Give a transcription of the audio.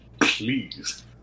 please